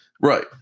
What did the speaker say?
Right